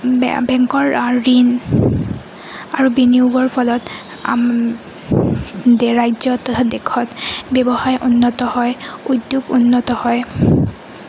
বেংকৰ ঋণ আৰু বিনিয়োগৰ ফলত ৰাজ্যত তথা দেশত ব্যৱসায় উন্নত হয় উদ্যোগ উন্নত হয়